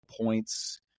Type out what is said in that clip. Points